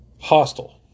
hostile